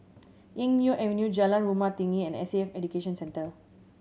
Eng Neo Avenue Jalan Rumah Tinggi and S A F Education Centre